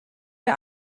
der